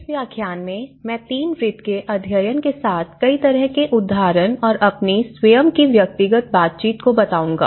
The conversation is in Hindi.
इस व्याख्यान में मैं तीन वृत्त के अध्ययन के साथ कई तरह के उदाहरण और अपनी स्वयं की व्यक्तिगत बातचीत को बताऊंगा